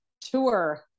tour